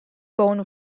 bone